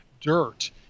dirt